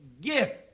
gift